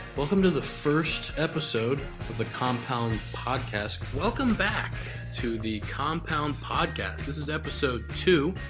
welcome to the first episode of the compound podcast. welcome back to the compound podcast. this is episode two.